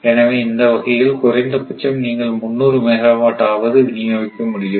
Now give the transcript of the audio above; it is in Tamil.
எனவே இந்த வகையில் குறைந்தபட்சம் நீங்கள் 300 மெகாவாட் ஆவது விநியோகிக்க முடியும்